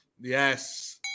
Yes